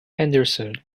henderson